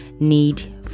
need